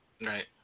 Right